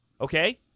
Okay